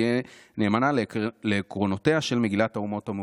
ותהיה נאמנה לעקרונותיה של מגילת האומות המאוחדות"